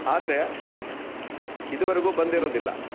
ಆದರೆ ಇದುವರೆಗೂ ಬಂದಿರೋದಿಲ್ಲ